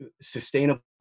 sustainable